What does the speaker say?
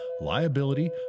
liability